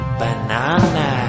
banana